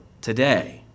today